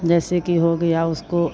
जैसे कि हो गया उसको